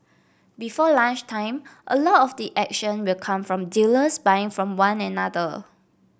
before lunchtime a lot of the action will come from dealers buying from one another